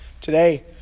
Today